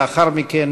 לאחר מכן